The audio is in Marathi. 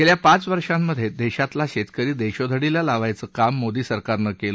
गेल्या पाच वर्षात देशातला शेतकरी देशोधड़ीला लावण्याचं काम मोदी सरकारनं केलं